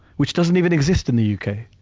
which doesn't even exist in the u. k.